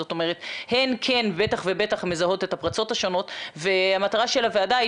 זאת אומרת הן כן בטח ובטח מזהות את הפרצות השונות והמטרה של הוועדה היא